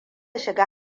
shiga